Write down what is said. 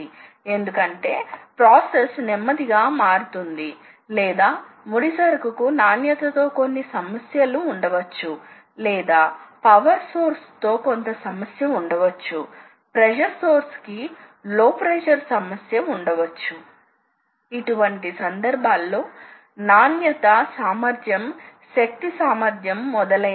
అయితే అనేక పరిస్థితులలో CNC యంత్రాలు తగినంతగా సమర్థించబడుతున్నాయని మనం చూశాము స్వయంచాలకంగా తయారీ కోసం ఈ CNCలు ఎలాంటి కదలికలు సృష్టించవచ్చో ఇప్పుడు మనం చూస్తాము సాధారణంగా రెండు రకాల యంత్రాలు ఉన్నాయి ఒక రకమైన యంత్రాలు పాయింట్ టు పాయిం కదలికలు సృష్టించగల సామర్థ్యం కలిగి ఉంటాయి